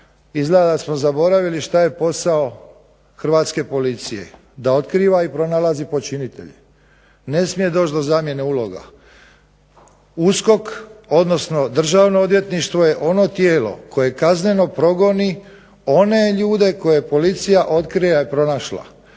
izgleda da smo zaboravili šta je posao Hrvatske policije, da otkriva i pronalazi počinitelje. Ne smije doći do zamjene uloga. USKOK odnosno Državno odvjetništvo je ono tijelo koje kazneno progoni one ljude koje je Policija otkrila i pronašla,